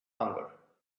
hunger